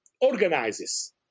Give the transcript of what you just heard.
organizes